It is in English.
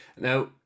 Now